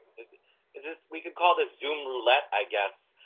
is ah is this we can call this zoom roulette, i guess.